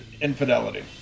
infidelity